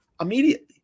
immediately